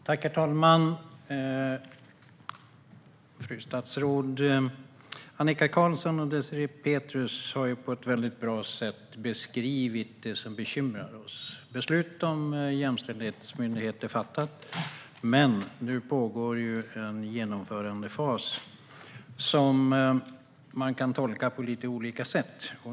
Herr talman! Fru statsråd! Annika Qarlsson och Désirée Pethrus har på ett väldigt bra sätt beskrivit det som bekymrar oss. Beslutet om en jämställdhetsmyndighet är fattat. Men nu pågår det en genomförandefas som man kan tolka på lite olika sätt.